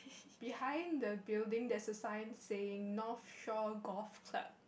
behind the building that's a sign saying north shore golf tub